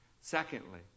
Secondly